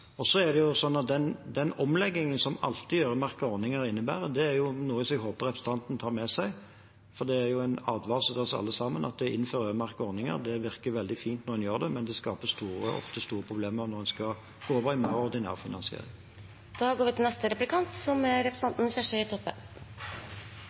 Den omleggingen som øremerkede ordninger alltid innebærer, er noe som jeg håper representanten tar med seg, for det er en advarsel til oss alle sammen om at det å innføre øremerkede ordninger virker veldig fint når en gjør det, men det skaper ofte store problemer når en skal over i ordinær finansiering. Det gjeld det same, det gjeld dagaktivitetsplassar for heimebuande med demens. Eg er